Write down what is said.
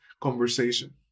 conversation